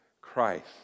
Christ